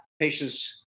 patients